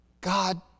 God